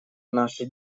наши